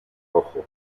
rojo